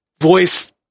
voice